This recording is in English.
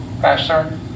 Pastor